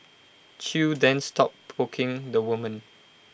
chew then stopped poking the woman